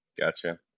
gotcha